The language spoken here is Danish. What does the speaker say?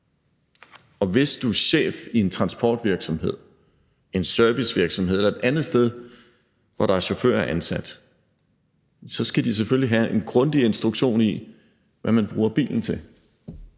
Og hvis du er chef i en transportvirksomhed, en servicevirksomhed eller et andet sted, hvor der er chauffører ansat, så skal de selvfølgelig have en grundig instruktion i, hvad man bruger bilen til,